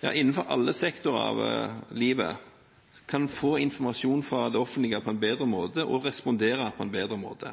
ja innenfor alle sektorer av livet, kan få informasjon fra det offentlige på en bedre måte og respondere på en bedre måte.